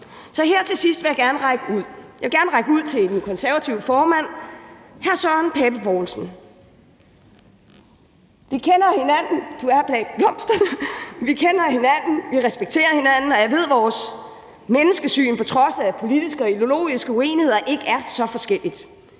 så her til sidst vil jeg gerne række ud. Jeg vil gerne række ud til den konservative formand, hr. Søren Pape Poulsen. Vi kender hinanden – jeg kan se dig bag blomsterne – vi respekterer hinanden, og jeg ved, at vores menneskesyn på trods af politiske og ideologiske uenigheder ikke er så forskellige.